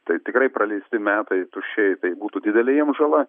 tai tikrai praleisti metai tuščiai būtų didelė jiem žala